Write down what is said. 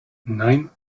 nein